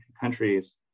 countries